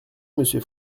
monsieur